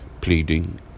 pleading